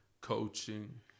coaching